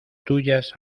tuyas